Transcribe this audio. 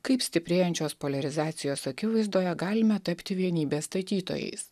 kaip stiprėjančios poliarizacijos akivaizdoje galime tapti vienybės statytojais